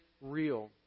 real